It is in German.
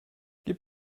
gib